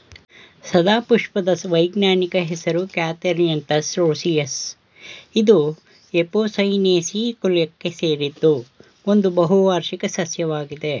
ಸದಾಪುಷ್ಪದ ವೈಜ್ಞಾನಿಕ ಹೆಸರು Catharanthus roseus ಇದು ಎಪೋಸೈನೇಸಿ ಕುಲಕ್ಕೆ ಸೇರಿದ್ದು ಒಂದು ಬಹುವಾರ್ಷಿಕ ಸಸ್ಯವಾಗಿದೆ